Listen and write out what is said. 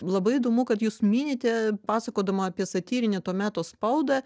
labai įdomu kad jūs minite pasakodama apie satyrinę to meto spaudą